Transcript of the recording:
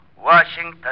Washington